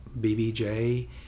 bbj